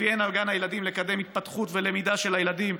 שלפיהן על גן הילדים לקדם התפתחות ולמידה של הילדים,